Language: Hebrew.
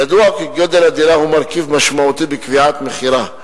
ידוע כי גודל הדירה הוא מרכיב משמעותי בקביעת מחירה.